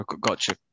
gotcha